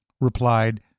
replied